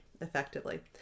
effectively